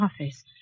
office